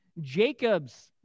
Jacob's